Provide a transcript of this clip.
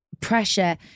pressure